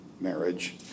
marriage